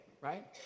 right